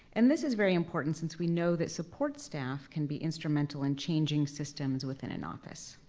and this is very important, since we know that support staff can be instrumental in changing systems within an office.